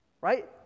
right